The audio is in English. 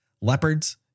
leopards